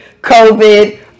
COVID